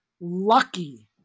lucky